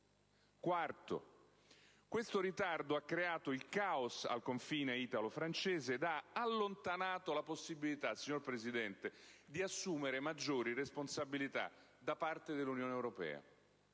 Quarto. Questo ritardo ha creato il caos al confine italo-francese ed ha allontanato la possibilità, signor Presidente, dell'assunzione di maggiori responsabilità da parte dell'Unione europea,